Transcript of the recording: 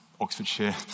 Oxfordshire